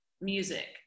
music